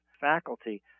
faculty